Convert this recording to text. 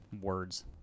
words